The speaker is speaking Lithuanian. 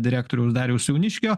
direktoriaus dariaus jauniškio